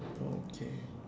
okay